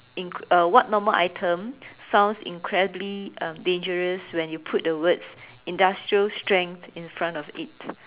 in~ uh what normal item sounds incredibly um dangerous when you put the words industrial strength in front of it